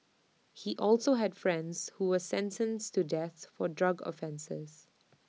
he also had friends who were sentenced to death for drug offences